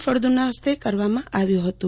ફળદુના ફસ્તે કરવામાં આવ્યું ફતું